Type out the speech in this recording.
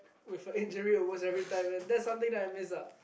with an injury almost every time and that's something that I missed out